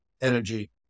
energy